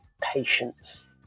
patience